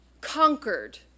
conquered